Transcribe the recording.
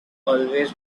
always